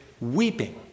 weeping